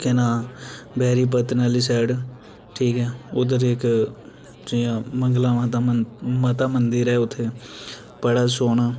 केह् नांऽ बैरीपत्तन आह्ली साइड ठीक ऐ उद्धर इक जियां मंगला माता दा मता दा मंदर ऐ उत्थें बड़ा सोह्ना